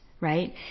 right